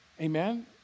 Amen